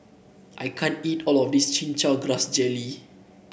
I can't eat all of this Chin Chow Grass Jelly